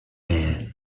man